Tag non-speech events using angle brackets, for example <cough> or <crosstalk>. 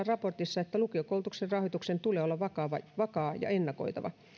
<unintelligible> raportissa että lukiokoulutuksen rahoituksen tulee olla vakaa ja ennakoitava